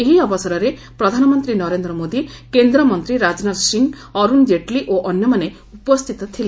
ଏହି ଅବସରରେ ପ୍ରଧାନମନ୍ତ୍ରୀ ନରେନ୍ଦ୍ର ମୋଦି କେନ୍ଦ୍ରମନ୍ତ୍ରୀ ରାଜନାଥ ସିଂ ଅରୁଣ ଜେଟ୍ଲୀ ଓ ଅନ୍ୟମାନେ ଉପସ୍ଥିତ ଥିଲେ